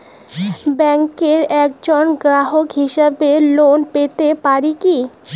ব্যাংকের একজন গ্রাহক হিসাবে লোন পেতে পারি কি?